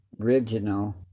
original